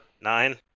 Nine